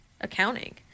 accounting